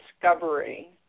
discovery